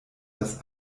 das